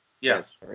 Yes